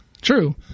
True